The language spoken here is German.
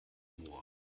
moor